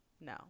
no